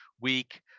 week